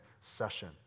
session